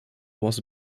was